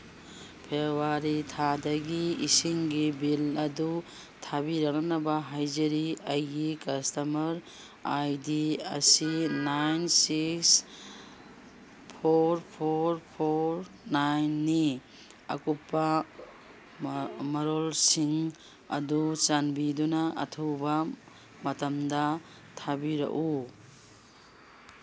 February ꯊꯥꯗꯒꯤ ꯏꯁꯤꯡꯒꯤ bill ꯑꯗꯨ ꯊꯥꯕꯤꯔꯛꯅꯕ ꯍꯥꯏꯖꯔꯤ ꯑꯩꯒꯤ ꯀꯁꯇꯃꯔ ꯑꯥꯏ ꯗꯤ ꯑꯁꯤ nine six four four four ꯅꯥꯏꯟꯅꯤ ꯑꯀꯨꯞꯄ ꯃꯔꯣꯜꯁꯤꯡ ꯑꯗꯨ ꯆꯥꯟꯕꯤꯗꯨꯅ ꯑꯊꯨꯕ ꯃꯇꯝꯗ ꯊꯥꯕꯤꯔꯛꯎ